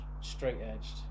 straight-edged